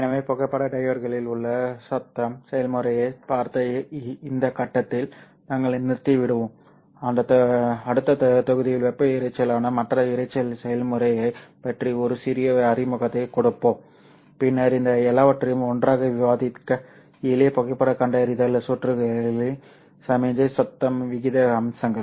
எனவே புகைப்பட டையோட்களில் உள்ள சத்தம் செயல்முறையைப் பார்த்த இந்த கட்டத்தில் நாங்கள் நிறுத்திவிடுவோம் அடுத்த தொகுதியில் வெப்ப இரைச்சலான மற்ற இரைச்சல் செயல்முறையைப் பற்றி ஒரு சிறிய அறிமுகத்தைக் கொடுப்போம் பின்னர் இந்த எல்லாவற்றையும் ஒன்றாக விவாதிக்க எளிய புகைப்பட கண்டறிதல் சுற்றுகளின் சமிக்ஞை சத்தம் விகித அம்சங்கள்